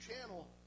channel